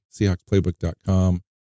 SeahawksPlaybook.com